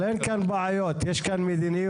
אבל אין כאן בעיות, יש כאן מדיניות.